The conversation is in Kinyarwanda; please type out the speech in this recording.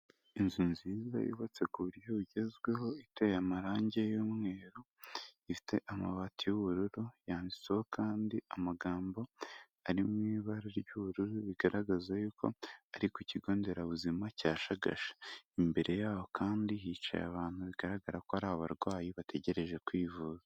Inzu nziza yubatse ku buryo bugezweho, iteye amarange y'umweru, ifite amabati y'ubururu, yanditseho kandi amagambo ari mu ibara ry'ubururu bigaragaza yuko ari ku kigo nderabuzima cya shagasha, imbere yaho kandi hicaye abantu bigaragara ko ari abarwayi bategereje kwivuza.